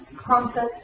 concept